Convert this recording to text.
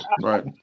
Right